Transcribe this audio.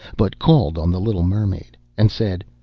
but called on the little mermaid and said,